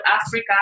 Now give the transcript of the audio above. Africa